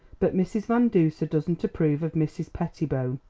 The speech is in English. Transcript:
but mrs. van duser doesn't approve of mrs. pettibone,